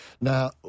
Now